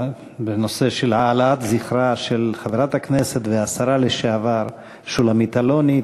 בנושא של העלאת זכרה של חברת הכנסת והשרה לשעבר שולמית אלוני.